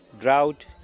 drought